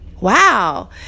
Wow